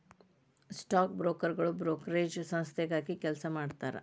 stock ಬ್ರೋಕರ್ಗಳು brokerage ಸಂಸ್ಥೆಗಾಗಿ ಕೆಲಸ ಮಾಡತಾರಾ